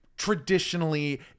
traditionally